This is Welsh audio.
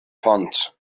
pont